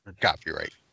Copyright